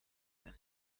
then